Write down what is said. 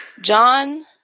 John